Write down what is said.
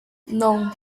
non